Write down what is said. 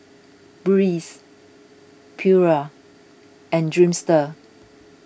Breeze Pura and Dreamster